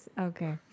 okay